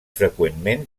freqüentment